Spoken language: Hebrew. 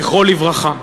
זכרו לברכה.